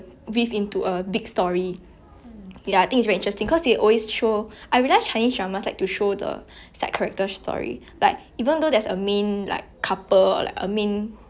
side character story like even though there's a main like couple or like a main character they will still like take time out to talk about the like the calefare you know no not really calefare more like